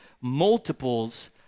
multiples